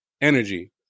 energy